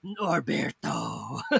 Norberto